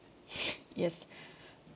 yes